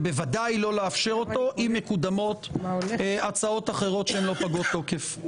ובוודאי לא לאפשר אותו אם מקודמות הצעות אחרות שהן לא פגות תוקף.